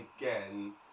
again